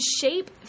shape